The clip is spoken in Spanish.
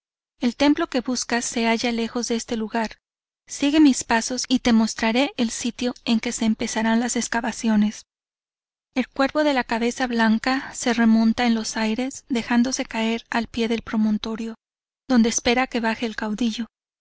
el templo que buscas se halla lejos de este lugar sigue mis pasos y te mostrare el sitio en que se empezaran las excavaciones el cuervo de la cabeza blanca se remonta en los aires dejándose caer al pie de promontorio donde espera que baje el caudillo